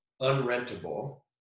unrentable